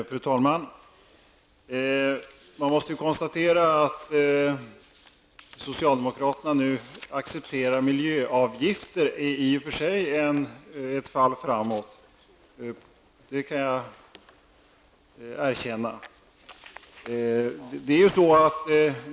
Fru talman! Jag konstaterar att socialdemokraterna nu accepterar miljöavgifter, vilket jag måste erkänna i och för sig är ett fall framåt.